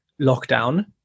lockdown